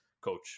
coach